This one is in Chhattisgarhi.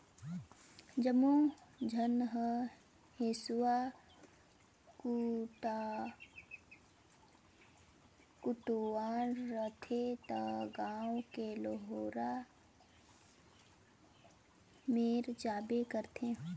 जम्मो झन ह हेसुआ कुचवाना रहथे त गांव के लोहार मेर जाबे करथे